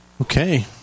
Okay